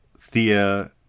Thea